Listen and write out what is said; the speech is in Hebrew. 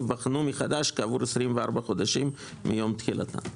ייבחנו מחדש כעבור 24 חודשים מיום תחילתם.